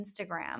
Instagram